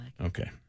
Okay